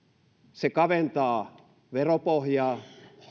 se kaventaa veropohjaa